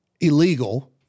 illegal